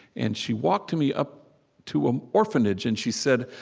and she walked me up to an orphanage, and she said,